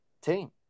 team